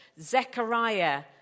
Zechariah